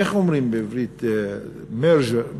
איך אומרים בעברית merging?